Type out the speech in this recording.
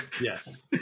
yes